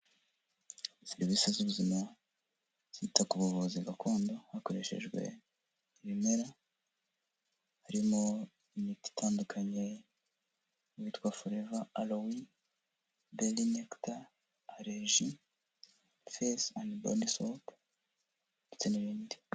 Serivisi z'ubuzima zita ku buvuzi gakondo hakoreshejwe ibimera harimo imiti itandukanye uwitwa forever aloe berry nectar ndetse n'ibindi.